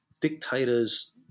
dictators